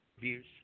views